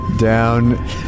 Down